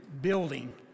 building